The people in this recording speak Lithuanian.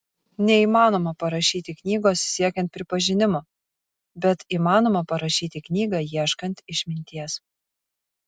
neįmanoma parašyti knygos siekiant pripažinimo bet įmanoma parašyti knygą ieškant išminties